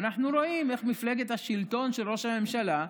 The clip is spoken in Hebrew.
ואנחנו רואים את מפלגת השלטון של ראש הממשלה,